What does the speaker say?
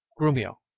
grumio,